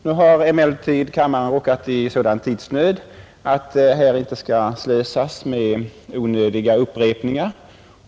Nu har emellertid kammaren råkat i sådan tidsnöd att här inte skall slösas med onödiga upprepningar.